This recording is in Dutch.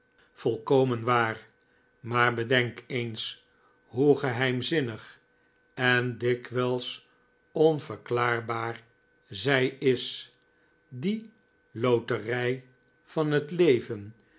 volkomen waar maar bedenk eens hoe geheimzinnig en dikwijls onverklaarbaar zij is die loterij van het leven